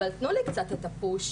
אבל תנו לי קצת את הפוש,